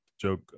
joke